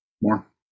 More